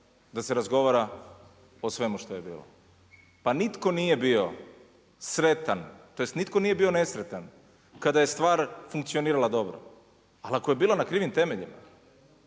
da se razgovara o svemu što je bilo. Pa nitko nije bio sretan, tj. nitko nije nesretan kada je stvar funkcionirala dobro. Ali ako je bila na krivim temeljima,